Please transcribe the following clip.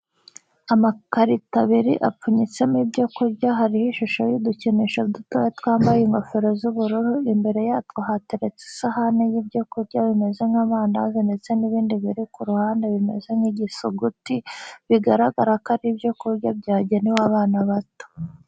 Amakarito abiri apfunyitsemo ibyo kurya hariho ishusho y'udukinisho dutoya twambaye ingofero z'ubururu, imbere yatwo hateretse isahani y'ibyo kurya bimeze nk'amandazi ndetse n'ibindi biri ku ruhande bimeze nk'ibisuguti, bigaragara ko ari ibyo kurya byagenewe abana bato.